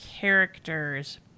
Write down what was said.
characters